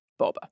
Boba